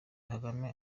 kagame